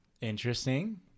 Interesting